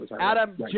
Adam